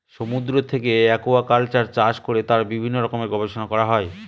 সমুদ্র থেকে একুয়াকালচার চাষ করে তার বিভিন্ন রকমের গবেষণা করা হয়